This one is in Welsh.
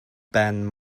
ben